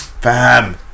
Bam